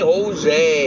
Jose